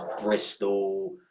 Bristol